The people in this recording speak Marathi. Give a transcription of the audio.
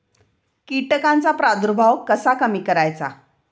कीटकांचा प्रादुर्भाव कसा कमी करायचा?